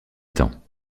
temps